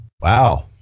wow